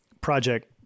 project